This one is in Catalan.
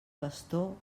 pastor